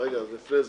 רגע, לפני זה.